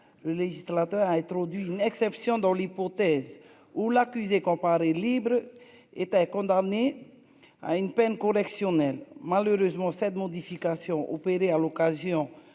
le législateur a introduit une exception dans l'hypothèse où l'accusé comparaît libre était condamné à une peine correctionnelle malheureusement cette modification opérée à l'occasion